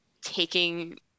taking